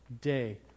day